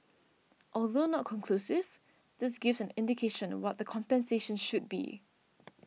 although not conclusive this gives an indication what the compensation should be